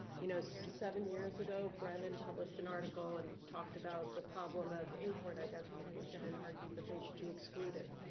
you know seven years ago, brandon published an article and talked about the problem of in-court identification and argued that they should be excluded.